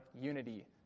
unity